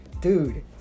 Dude